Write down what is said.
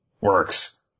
works